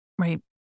Right